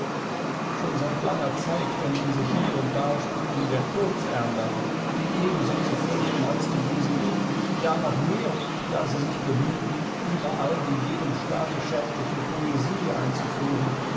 schon seit langer zeit fänden sich hie und da spuren der kurzärmler die ebenso zu fürchten als die jesuiten ja noch mehr da sie sich bemühten überall die jedem staate schädliche poesie einzuführen